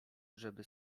żeby